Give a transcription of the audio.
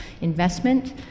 investment